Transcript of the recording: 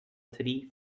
three